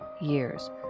years